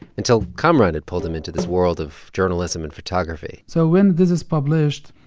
until kamaran had pulled him into this world of journalism and photography so when this is published,